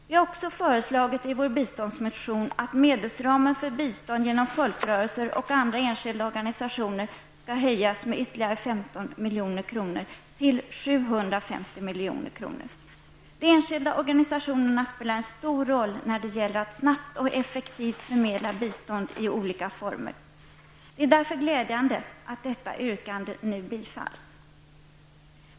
Vi har också i vår biståndsmotion föreslagit att medelsramen för bistånd genom folkrörelser och andra enskilda organisationer skall höjas med ytterligare 15 milj.kr. till 750 milj.kr. De enskilda organisationerna spelar en stor roll när det gäller att snabbt och effektivt förmedla bistånd i olika former. Det är därför glädjande att detta yrkande nu tillstyrks.